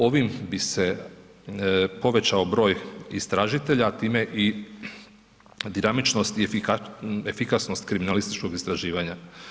Ovim bi se povećao broj istražitelja, a time i dinamičnosti i efikasnost kriminalističkog istraživanja.